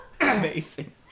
Amazing